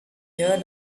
heard